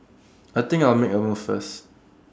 I think I'll make A move first